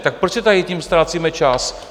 Tak proč tady tím ztrácíme čas?